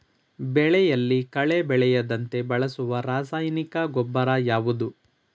ಬೆಳೆಯಲ್ಲಿ ಕಳೆ ಬೆಳೆಯದಂತೆ ಬಳಸುವ ರಾಸಾಯನಿಕ ಗೊಬ್ಬರ ಯಾವುದು?